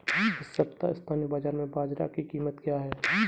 इस सप्ताह स्थानीय बाज़ार में बाजरा की कीमत क्या है?